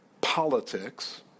politics